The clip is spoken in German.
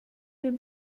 den